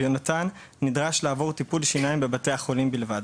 ויונתן נדרש לעבור טיפול שיניים בבתי החולים בלבד.